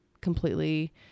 completely